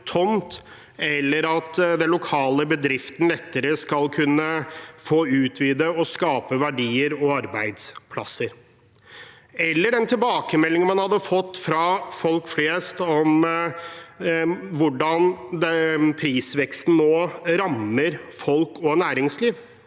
og at den lokale bedriften lettere skal kunne få utvide og skape verdier og arbeidsplasser. Med den tilbakemeldingen man har fått fra folk flest om hvordan prisveksten nå rammer folk og næringsliv,